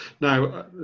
now